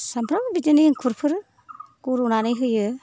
फिसाफ्राव बिदिनो इंखुरफोर रुनानै होयो